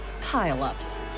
pile-ups